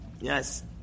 Yes